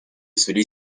celui